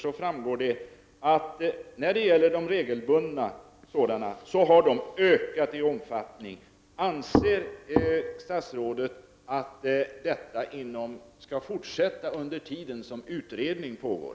Det framgår där att de regelbundna permissionerna som missskötts har ökat i omfattning. Anser statsrådet att detta skall fortsätta under den tid som utredningen pågår?